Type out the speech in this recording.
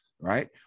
right